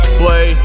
play